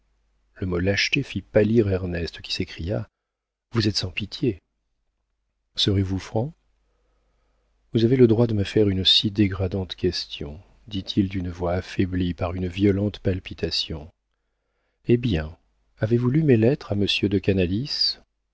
le mot lâcheté fit pâlir ernest qui s'écria vous êtes sans pitié serez-vous franc vous avez le droit de me faire une si dégradante question dit-il d'une voix affaiblie par une violente palpitation eh bien avez-vous lu mes lettres à monsieur de